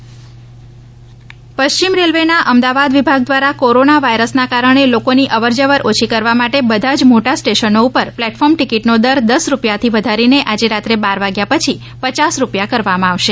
પશ્ચિમ રેલ્વે અમદાવાદ પશ્ચિમ રેલ્વેના અમદાવાદ વિભાગ દ્વારા કોરોના વાયરસના કારણે લોકોની અવરજવર ઓછી કરવા માટે બધાજ મોટા સ્ટેશનો પર પ્લેટફોર્મ ટિકિટ દર દસ રૂપિયાથી વધારીને આજે રાત્રે બાર વાગ્યા પછી પચાસ રૂપિયા કરવામાં આવશે